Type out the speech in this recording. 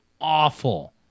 awful